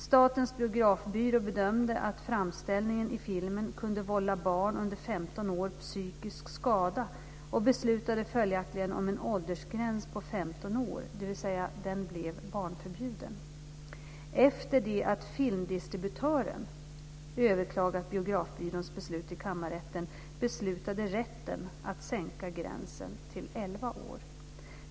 Statens biografbyrå bedömde att framställningen i filmen kunde vålla barn under 15 år psykisk skada och beslutade följaktligen om en åldersgräns på 15 år, dvs. den blev barnförbjuden. Efter det att filmdistributören överklagat Biografbyråns beslut till kammarrätten beslutade rätten att sänka gränsen till 11 år.